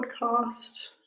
podcast